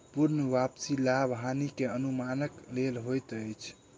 पूर्ण वापसी लाभ हानि के अनुमानक लेल होइत अछि